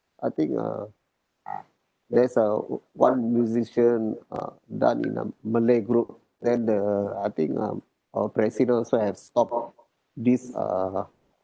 I think uh there is a one musician uh done in a malay group then the I think um our president also have stopped this uh